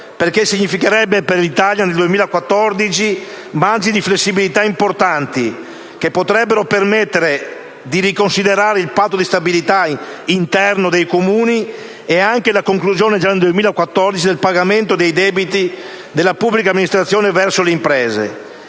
significherebbe poter disporre nel 2014 di margini di flessibilità importanti, che potrebbero permettere di riconsiderare il Patto di stabilità interno per i Comuni e anche la conclusione già nel 2014 del pagamento dei debiti della pubblica amministrazione verso le imprese.